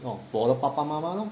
for 我的爸爸妈妈 lor